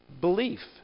belief